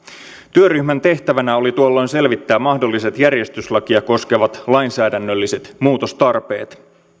työryhmän tehtävänä oli tuolloin selvittää mahdolliset järjestyslakia koskevat lainsäädännölliset muutostarpeet